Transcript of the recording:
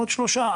עוד שלושה,